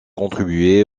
contribué